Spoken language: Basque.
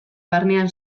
barnean